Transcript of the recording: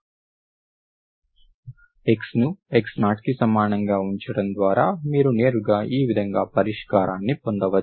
X ను x0కి సమానంగా ఉంచడం ద్వారా మీరు నేరుగా ఈ విధంగా పరిష్కారాన్ని పొందవచ్చు